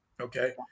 okay